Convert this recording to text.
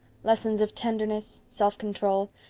lessons of tenderness, self-control,